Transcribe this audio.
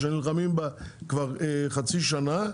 שנלחמים בה כבר חצי שנה,